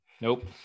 Nope